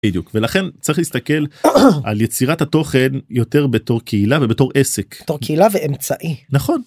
בדיוק. ולכן צריך להסתכל על יצירת התוכן יותר בתור קהילה ובתור עסק. בתור קהילה ואמצעי נכון.